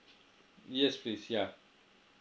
yes please yeah